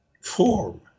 form